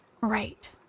Right